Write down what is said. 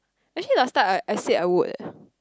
actually last time I I said I would